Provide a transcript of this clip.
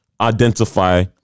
identify